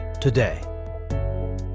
today